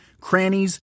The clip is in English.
crannies